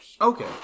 Okay